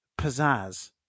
pizzazz